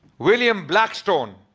william blackstone.